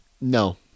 No